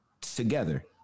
together